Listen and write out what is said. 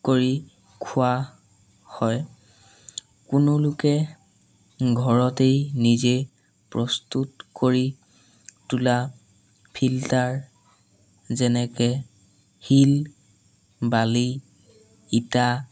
কৰি খোৱা হয় কোনো লোকে ঘৰতেই নিজে প্ৰস্তুত কৰি তোলা ফিল্টাৰ যেনেকৈ শিল বালি ইটা